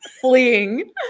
Fleeing